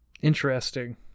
Interesting